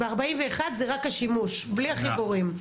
זה רק השימוש בלי החיבורים.